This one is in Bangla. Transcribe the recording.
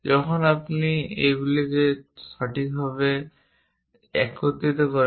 যখন আপনি এগুলিকে সঠিকভাবে একত্রিত করেন